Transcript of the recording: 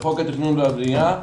בחוק התכנון והבנייה,